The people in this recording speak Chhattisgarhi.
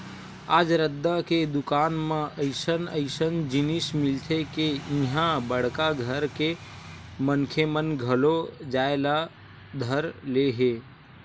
आज रद्दा के दुकान म अइसन अइसन जिनिस मिलथे के इहां बड़का घर के मनखे मन घलो जाए ल धर ले हे